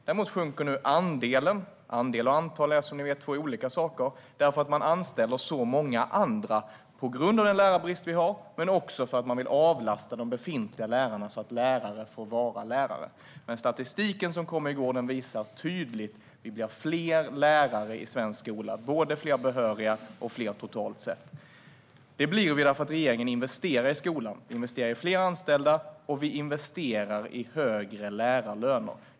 Däremot sjunker andelen - andel och antal är som ni vet två olika saker - därför att man anställer så många andra på grund av den lärarbrist vi har, men också för att man vill avlasta de befintliga lärarna så att lärare får vara lärare. Statistiken som kom i går visar dock tydligt att det blir fler lärare i svensk skola, både fler behöriga och fler totalt sett. Det blir det eftersom regeringen investerar i skolan. Vi investerar i fler anställda, och vi investerar i högre lärarlöner.